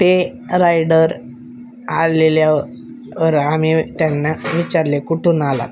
ते रायडर आलेल्या वर आम्ही त्यांना विचारले कुठून आलात